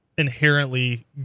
inherently